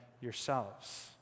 yourselves